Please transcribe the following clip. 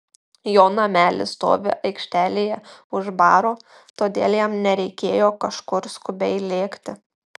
jo namelis stovi aikštelėje už baro todėl jam nereikėjo kažkur skubiai lėkti